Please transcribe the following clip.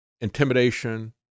intimidation